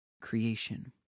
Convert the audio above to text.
creation